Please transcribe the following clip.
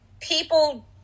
people